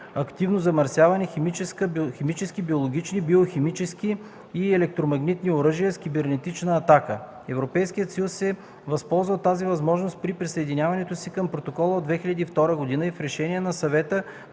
радиоактивно замърсяване, химически, биологически, биохимически и електромагнитни оръжия, с кибернетична атака. Европейският съюз се възползва от тази възможност при присъединяването си към протокола от 2002 г. и в решение на Съвета